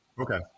Okay